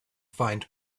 find